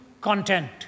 content